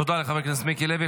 תודה לחבר הכנסת מיקי לוי.